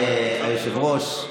היושב-ראש,